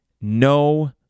no